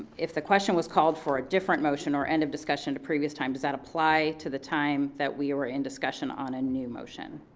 if the question was called for a different motion or end of discussion to previous time does that apply to the time that we were in discussion on a new motion?